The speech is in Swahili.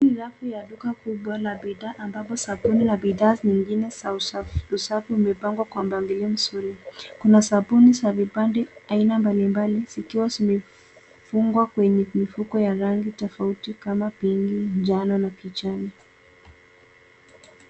Hii ni rafu ya duka kubwa la bidhaa ambapo sabuni na bidhaa nyingine za usafi zimepangwa kwa mpangilio mzuri. Kuna sabuni za vipande aina mbalimbali zikiwa zimefungwa kwenye mifuko ya rangi tofauti kama pinki , njano na kijani.